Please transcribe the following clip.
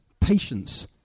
patience